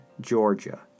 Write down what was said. Georgia